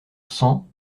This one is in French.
cent